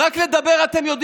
ונכלם.